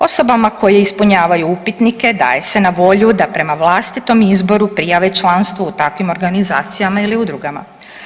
Osobama koje ispunjavaju upitnike daje se na volju da prema vlastitom izboru prijave članstvo u takvim organizacijama ili udrugama.